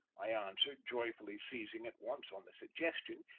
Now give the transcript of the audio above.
i answered, joyfully seizing at once on the suggestion,